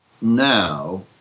now